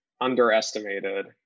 underestimated